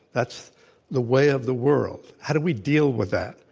that's the way of the world. how do we deal with that?